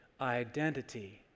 identity